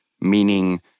meaning